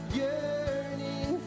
yearning